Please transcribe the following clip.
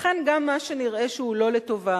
לכן גם מה שנראה שהוא לא לטובה,